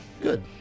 Good